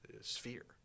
sphere